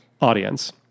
audience